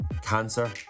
cancer